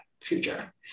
future